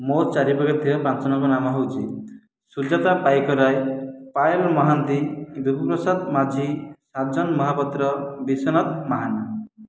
ମୋ ଚାରି ପାଖରେ ଥିବା ପାଞ୍ଚ ଜଣଙ୍କ ନାମ ହେଉଛି ସୁଜାତା ପାଇକରାଏ ପାୟଲ ମହାନ୍ତି ଦେବୁ ପ୍ରସାଦ ମାଝି କାଞ୍ଚନ ମହାପାତ୍ର ବିଶ୍ୱନାଥ ମାହାନ୍